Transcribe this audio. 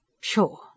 Sure